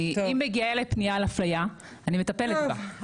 אם מגיעה אליי פנייה על אפליה אני מטפלת בה.